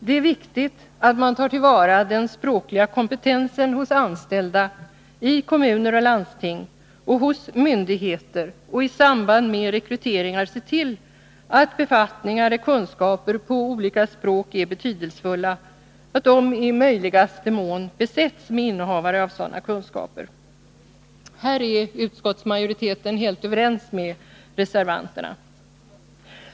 Det är viktigt att man tar till vara den språkliga kompetensen hos anställda i kommuner och landsting och hos myndigheter och i samband med rekryteringar ser till att befattningar där kunskaper i olika språk är betydelsefulla i möjligaste mån besätts med innehavare av sådana kunskaper. Här är utskottsmajoriteten helt överens med reservanterna.